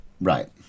right